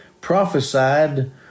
prophesied